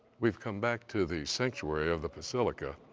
we've come back to the sanctuary of the basilica.